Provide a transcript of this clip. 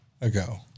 ago